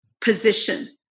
position